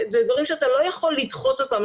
אלו דברים שאתה לא יכול לדחות אותם,